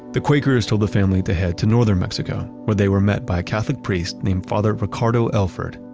the quakers told the family to head to northern mexico where they were met by a catholic priest named father ricardo elford.